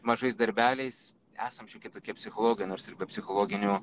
mažais darbeliais esam šiokie tokie psichologai nors ir be psichologinių